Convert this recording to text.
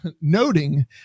noting